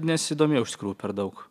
nesidomėjau iš tikrųjų per daug